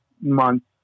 months